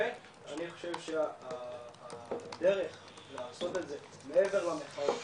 אני חושב שהדרך לעשות את זה מעבר למחאות,